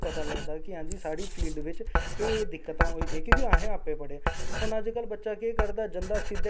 थोह्ड़ी पीढ़ियें च लोक थोह्डे़ अग्गे अवेयरनस होऐ जित्थे अवेयरनेस दा पता लग्गेआ कि केह् चीज होंदी ऐ पाॅलीटिशन केह् ऐ केह् नेई ऐ